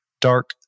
Dark